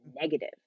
negative